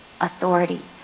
authority